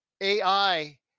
AI